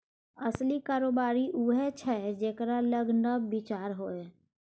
असली कारोबारी उएह छै जेकरा लग नब विचार होए